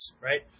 right